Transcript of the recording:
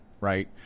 right